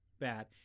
bad